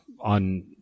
on